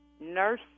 nurse